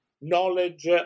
knowledge